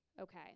Okay